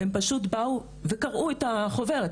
והם פשוט באו וקרעו את החוברת,